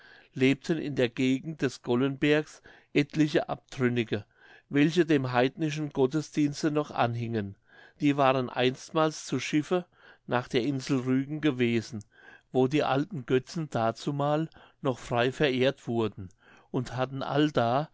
lebten in der gegend des gollenbergs etliche abtrünnige welche dem heidnischen gottesdienste noch anhingen die waren einstmals zu schiffe nach der insel rügen gewesen wo die alten götzen dazumal noch frei verehrt wurden und hatten allda